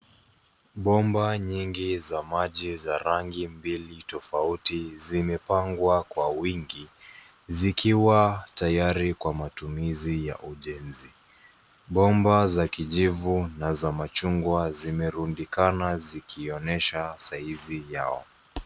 Bomba nyingi za maji za rangi mbili tofauti zimepangwa kwa wingi zikiwa tayari kwa matumizi ya ujenzi. Bomba za kijivu na za machungwa zimerundikana zikionyesha saizi yao.